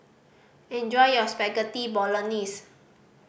enjoy your Spaghetti Bolognese